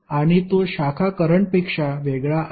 आणि तो शाखा करंटपेक्षा वेगळा आहे